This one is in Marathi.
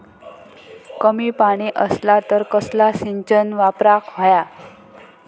कमी पाणी असला तर कसला सिंचन वापराक होया?